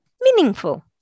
meaningful